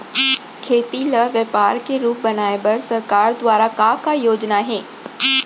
खेती ल व्यापार के रूप बनाये बर सरकार दुवारा का का योजना हे?